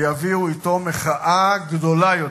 ויביאו אתו מחאה גדולה יותר,